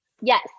yes